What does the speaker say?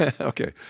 Okay